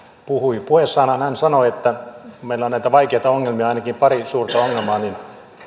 puhui puheessaanhan hän sanoi että kun meillä on näitä vaikeita ongelmia ainakin pari suurta ongelmaa niin